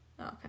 Okay